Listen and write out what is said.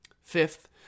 fifth